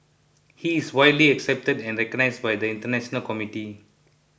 he is widely accepted and recognized by the international community